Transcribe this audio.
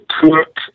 cook